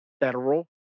federal